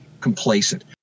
complacent